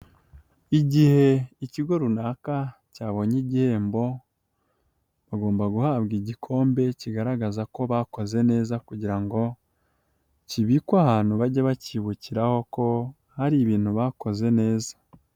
Igihe ikigo runaka cyabonye igihembo, bagomba guhabwa igikombe kigaragaza ko bakoze neza kugira ngo kibikwe abantu bajye bacyibukiraho ko hari ibintu bakoze neza.